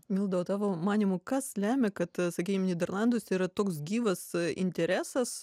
milda o tavo manymu kas lemia kad sakyim nyderlanduose yra toks gyvas interesas